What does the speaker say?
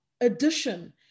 addition